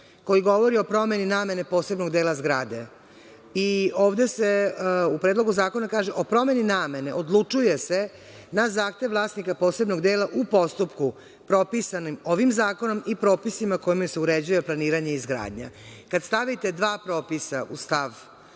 koji govori o promeni namene posebnog dela zgrade. Ovde se u Predlogu zakona kaže – o promeni namene odlučuje se na zahtev vlasnika posebnog dela u postupku propisanim ovim zakonom i propisima kojima se uređuje planiranje i izgradnja. Kada stavite dva propisa u stav